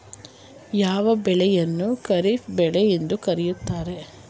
ಯಾವ ಬೆಳೆಯನ್ನು ಖಾರಿಫ್ ಬೆಳೆ ಎಂದು ಕರೆಯುತ್ತಾರೆ?